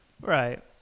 right